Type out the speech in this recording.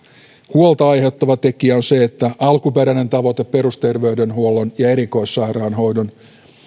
huolta aiheuttava tekijä on se että alkuperäinen tavoite perusterveydenhuollon ja erikoissairaanhoidon